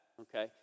okay